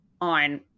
on